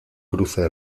cruza